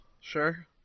sure